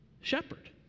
shepherd